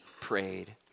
prayed